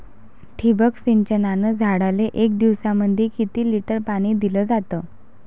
ठिबक सिंचनानं झाडाले एक दिवसामंदी किती लिटर पाणी दिलं जातं?